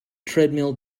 treadmill